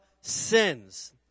sins